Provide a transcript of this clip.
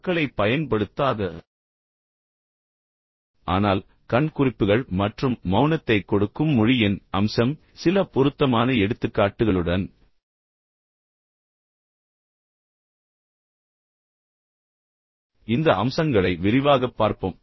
சொற்களைப் பயன்படுத்தாத ஆனால் கண் குறிப்புகள் மற்றும் மௌனத்தைக் கொடுக்கும் மொழியின் அம்சம் சில பொருத்தமான எடுத்துக்காட்டுகளுடன் இந்த அம்சங்களை விரிவாகப் பார்ப்போம்